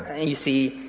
you see,